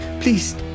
please